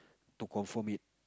to confirm it